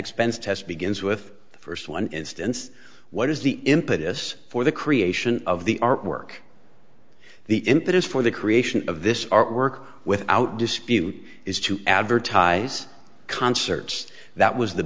expense test begins with the first one instance what is the impetus for the creation of the artwork the impetus for the creation of this artwork without dispute is to advertise concerts that was the